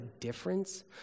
difference